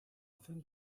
thin